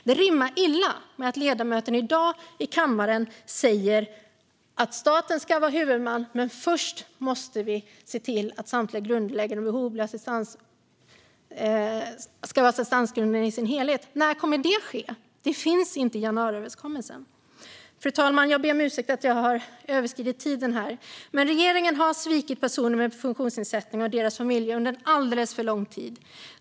Det rimmar illa med att deras ledamot i dag i kammaren säger att staten ska vara huvudman men att vi först måste se till att samtliga grundläggande behov blir assistansgrundande i sin helhet. När kommer det att ske? Det finns inte i januariöverenskommelsen. Fru talman! Jag ber om ursäkt att jag har överskridit min talartid. Regeringen har svikit personer med funktionsnedsättning och deras familjer under alldeles för lång tid.